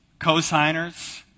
Cosigners